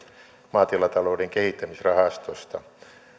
maatilatalouden kehittämisrahastosta